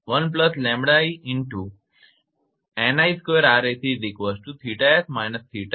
તેથી આ સમીકરણ 35 છે